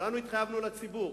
כולנו התחייבנו לציבור.